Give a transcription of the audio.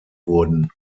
wurden